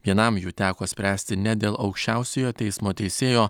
vienam jų teko spręsti net dėl aukščiausiojo teismo teisėjo